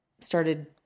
started